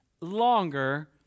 longer